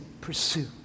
pursue